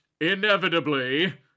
Inevitably